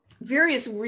various